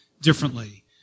differently